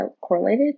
correlated